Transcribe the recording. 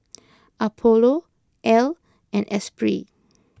Apollo Elle and Espirit